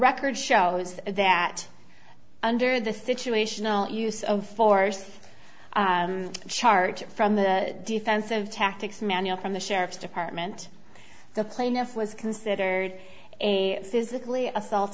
record shows that under the situational use of force chart from the defensive tactics manual from the sheriff's department the plaintiff was considered a physically a